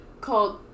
called